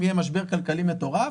אם יהיה משבר כלכלי מטורף